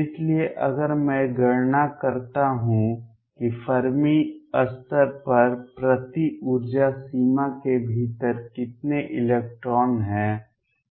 इसलिए अगर मैं गणना करता हूं कि फर्मी स्तर पर प्रति ऊर्जा सीमा के भीतर कितने इलेक्ट्रॉन हैं